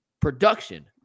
production